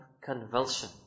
convulsion